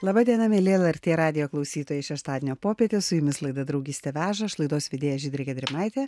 laba diena mieli lrt radijo klausytojai šeštadienio popietė su jumis laida draugystė veža aš laidos vedėja žydrė gedrimaitė